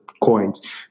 coins